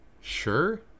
Sure